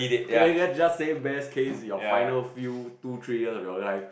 okay just say best case your final few two three years of your life